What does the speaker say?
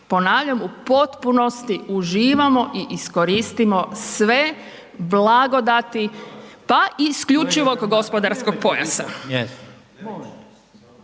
ponavljam, u potpunosti, uživamo i iskoristimo sve blagodati, pa i isključivog gospodarskog pojasa.